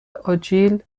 آجیل